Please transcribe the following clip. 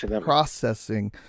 processing